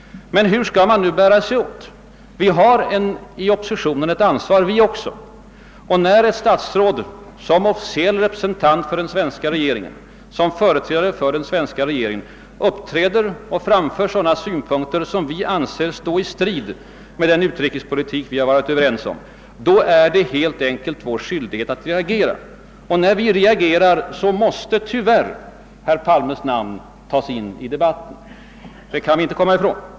Men hur skall man nu bära sig åt? Även vi i oppositionen har ett ansvar, och när ett statsråd som officiell representant för den svenska regeringen uppträder och framför synpunkter, som vi anser står i strid med den utrikespolitik vi varit överens om, då är det helt enkelt vår skyldighet att reagera. Och när vi reagerar, måste tyvärr herr Palmes namn tas in i debatten. Det kan vi inte komma ifrån.